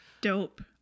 Dope